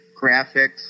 graphics